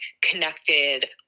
connected